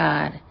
God